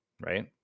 Right